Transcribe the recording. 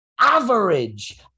Average